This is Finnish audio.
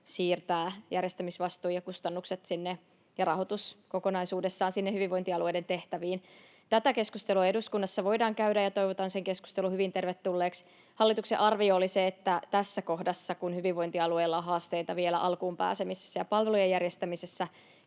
— järjestämisvastuu ja kustannukset ja rahoitus kokonaisuudessaan — siirtää sinne hyvinvointialueiden tehtäviin. Tätä keskustelua eduskunnassa voidaan käydä, ja toivotan sen keskustelun hyvin tervetulleeksi. Hallituksen arvio oli se, että tässä kohdassa, kun hyvinvointialueilla on haasteita vielä alkuun pääsemisessä ja palvelujen järjestämisessä,